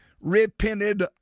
repented